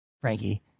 Frankie